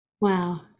Wow